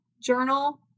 Journal